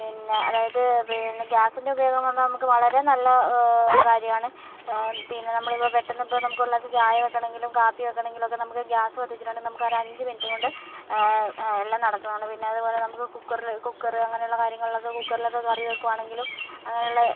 പിന്നെ അതായത് പിന്നെ ഗ്യാസിൻറെ ഉപയോഗം കൊണ്ട് നമുക്ക് വളരെ നല്ല കാര്യമാണ് പിന്നെ നമ്മളിപ്പം പെട്ടന്ന് നമുക്കൊരു ഗ്ലാസ് ചായ വെക്കണമെങ്കിലും കാപ്പി വെക്കണമെങ്കിലും ഒക്കെ നമുക്ക് ഗ്യാസ് കത്തിച്ചിട്ടാണെങ്കിൽ നമുക്ക് അഞ്ച് മിനിറ്റ് കൊണ്ട് എല്ലാം നടക്കും അത് പിന്നെ അതുപോലെ നമുക്ക് കുക്കറില് കൂക്കറില് അങ്ങനെയുള്ള കാര്യങ്ങളിലൊക്കെ കൂക്കറിലോക്കെ കറി വെക്കു ആണെങ്കിലും അങ്ങനെയുള്ള